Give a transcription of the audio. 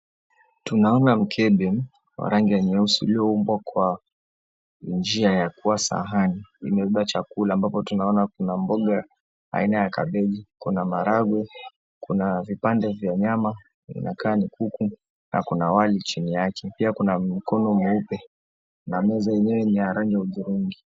Tunaona mkebe warangi ya nyeusi ulioumbwa kwa njia ya kuwa sahani, imebeba chakula ambapo tunaona kuna mboga aina ya cabbage , kuna maharagwe, kuna vipande vya nyama inakaa ni kuku na kuna wali chini yake, pia kuna mkono mweupe na meza yenyewe ni ya rangi ya hudhurungi.